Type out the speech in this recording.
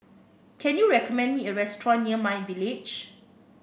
can you recommend me a restaurant near my Village